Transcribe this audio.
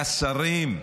מהשרים,